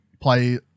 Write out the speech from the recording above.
play